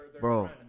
bro